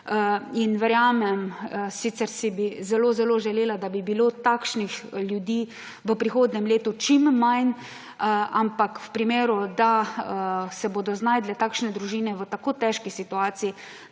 pomoč – sicer si bi zelo zelo želela, da bi bilo takšnih ljudi v prihodnjem letu čim manj –, ampak v primeru, da se bodo znašle takšne družine v tako težki situaciji,